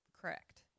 Correct